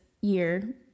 year